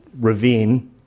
ravine